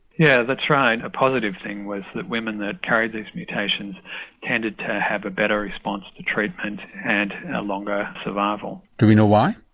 yeah that's right a positive thing was that women who carried these mutations tended to have a better response to treatment and a longer survival. do we know why?